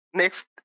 next